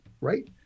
right